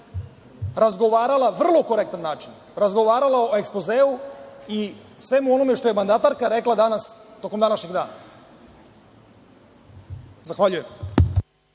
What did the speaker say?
na jedan vrlo korektan način razgovarala o ekspozeu i svemu onome što je mandatarka rekla danas, tokom današnjeg dana. Zahvaljujem.